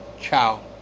Ciao